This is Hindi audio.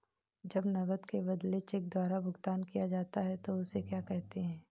जब नकद के बदले चेक द्वारा भुगतान किया जाता हैं उसे क्या कहते है?